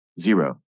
zero